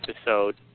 episode